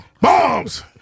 Bombs